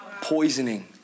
poisoning